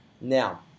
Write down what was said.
Now